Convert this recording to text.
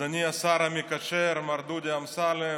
אדוני השר המקשר מר דודי אמסלם,